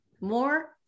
more